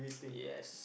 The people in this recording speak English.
yes